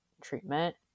treatment